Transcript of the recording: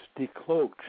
decloaked